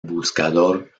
buscador